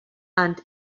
and